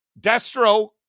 Destro